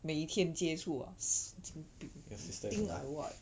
每一天接触神经病 you think I what